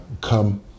come